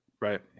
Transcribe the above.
right